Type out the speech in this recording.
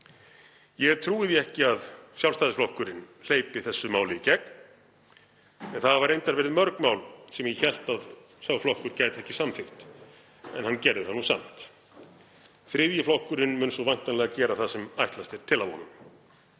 Ég trúi því ekki að Sjálfstæðisflokkurinn hleypi þessu máli í gegn. Það hafa reyndar verið mörg mál sem ég hélt að sá flokkur gæti ekki samþykkt en hann gerði það nú samt. Þriðji flokkurinn mun svo væntanlega gera það sem ætlast er til af honum.